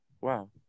wow